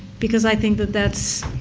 because i think that that's